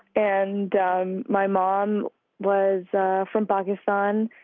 and um my mom was from pakistan,